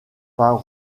par